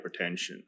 hypertension